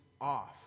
off